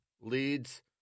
leads